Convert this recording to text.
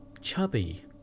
chubby